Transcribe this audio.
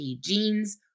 genes